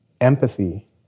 empathy